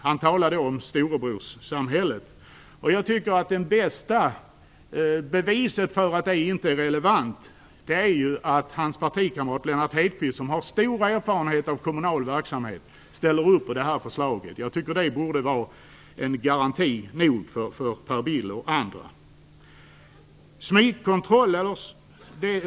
Han talade om storebrorssamhället. Jag tycker att det bästa beviset för att det inte är relevant är att hans partikamrat Lennart Hedquist som har stor erfarenhet av kommunal verksamhet ställer upp på det här förslaget. Det borde vara garanti nog för Per Bill och andra.